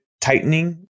tightening